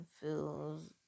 feels